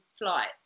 flights